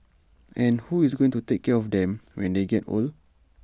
and who is going to take care of them when they get old